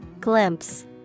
Glimpse